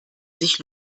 sich